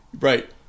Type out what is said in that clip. right